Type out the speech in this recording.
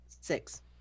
Six